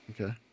Okay